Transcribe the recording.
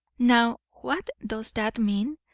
now what does that mean?